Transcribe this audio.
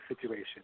situation